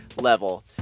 level